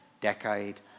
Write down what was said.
Decade